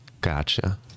gotcha